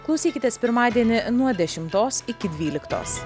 klausykitės pirmadienį nuo dešimtos iki dvyliktos